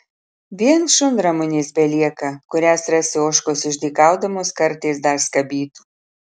vien šunramunės belieka kurias rasi ožkos išdykaudamos kartais dar skabytų